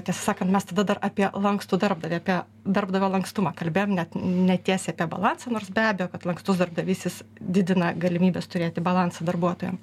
tiesą sakant mes tada dar apie lankstų darbdavį apie darbdavio lankstumą kalbėjom net ne tiesiai apie balansą nors be abejo kad lankstus darbdavys jis didina galimybes turėti balansą darbuotojam